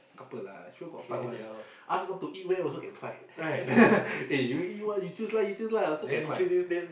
couple lah sure got fight one ask want to eat where also can fight right eh you eat what you choose lah you choose lah also can fight